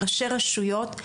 ראשי רשויות,